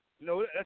no